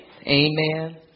Amen